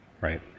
right